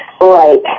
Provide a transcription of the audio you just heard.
Right